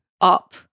up